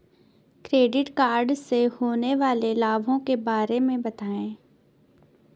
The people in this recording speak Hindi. क्रेडिट कार्ड से होने वाले लाभों के बारे में बताएं?